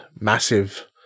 massive